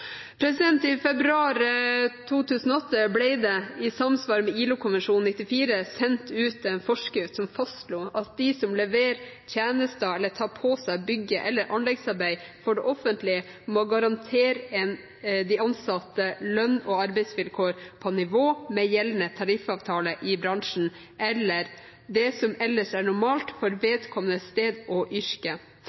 I februar 2008 ble det i samsvar med ILO-konvensjon nr. 94 sendt ut en forskrift som fastslo at de som leverer tjenester eller tar på seg bygge- eller anleggsarbeid for det offentlige, må garantere de ansatte lønn og arbeidsvilkår på nivå med gjeldende tariffavtale i bransjen, eller det som ellers er normalt for vedkommende sted og yrke.